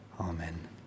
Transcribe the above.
Amen